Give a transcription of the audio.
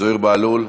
זוהיר בהלול?